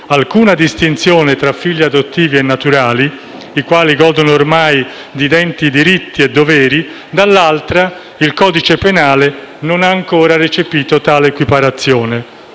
alcuna distinzione tra figli adottivi e naturali, i quali godono ormai di identici diritti e doveri, dall'altra, il codice penale non ha ancora recepito tale equiparazione.